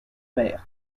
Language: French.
mer